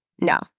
No